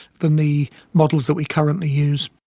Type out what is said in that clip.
than the models that we currently use.